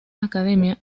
academia